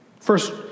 First